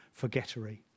forgettery